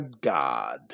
god